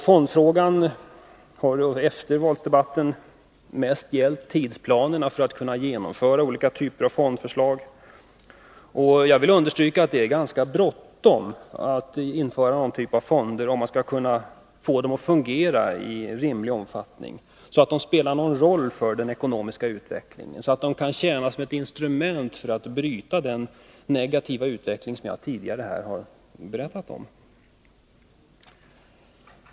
Fondfrågan har i eftervalsdebatten mest gällt tidsplanerna för att kunna genomföra olika typer av fondförslag. Jag vill understryka att det är ganska bråttom att införa någon typ av fonder om de skall fungera i rimlig omfattning så att de spelar någon roll för den ekonomiska utvecklingen och kan tjäna som ett instrument för att bryta den negativa utveckling som jag tidigare här har berättat om.